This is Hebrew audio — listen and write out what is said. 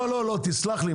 לא, תסלח לי.